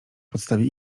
podstawie